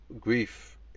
Grief